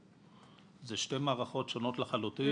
זה שתי מערכות שונות לחלוטין.